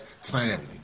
family